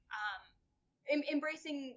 embracing